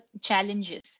challenges